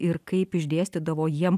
ir kaip išdėstydavo jiem